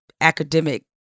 Academic